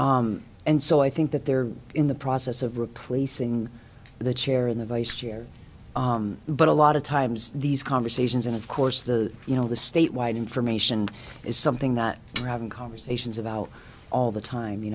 but and so i think that they're in the process of replacing the chair in the vice chair but a lot of times these conversations and of course the you know the state wide information is something that we're having conversations about all the time you